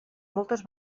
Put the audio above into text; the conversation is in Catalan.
moltes